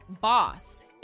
boss